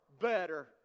better